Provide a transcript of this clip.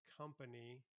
Company